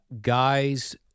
Guys